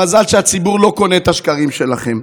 מזל שהציבור לא קונה את השקרים שלכם.